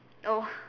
oh